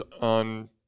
on